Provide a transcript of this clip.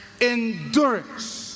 Endurance